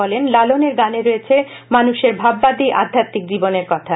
বলেন লালনের গানে রয়েছে মানুষের ভাববাদী আধ্যাপ্মিক জীবনের কথা